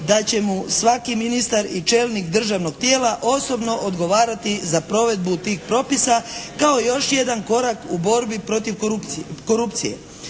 da će mu svaki ministar i čelnik državnog tijela osobno odgovarati za provedbu tih propisa kao još jedan korak u borbi protiv korupcije.